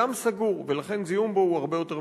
ים סגור, ולכן זיהום בו הוא הרבה יותר מסוכן.